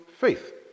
faith